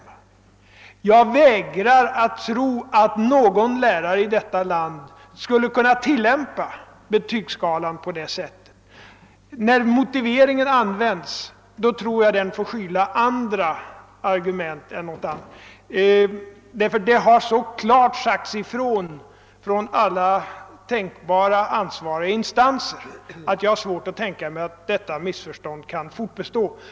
Jag vägrar att tro att någon lärare i detta land skulle kunna tillämpa betygsskalan på det sättet. När man för fram motiveringar av det slag som här förekommit tror jag att dessa får skyla andra argument. Det har nämligen så klart sagts ifrån av alla ansvariga instanser hur det skall vara att jag har svårt att tänka mig att detta missförstånd kan fortbestå.